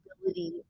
ability